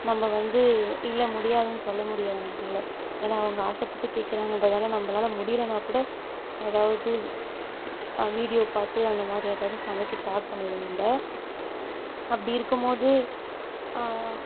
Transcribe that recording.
நம்ம வந்து இல்லை முடியாதுன்னு சொல்ல முடியாது நம்மளால ஏன்னால் அவங்க ஆசைப்பட்டு கேட்குறாங்கன்றதால நம்மளால முடியலனா கூட ஏதாவது வீடியோ பார்த்து அந்த மாதிரி ஏதாவது சமைக்க ஸ்டார்ட் பண்ணிவிடுவோம் நம்ம அப்படி இருக்கும் போது